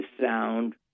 sound